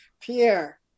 Pierre